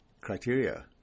criteria